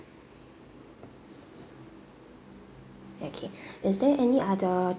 okay is there any other